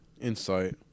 insight